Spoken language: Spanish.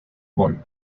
gol